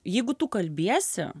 jeigu tu kalbiesi